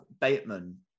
Bateman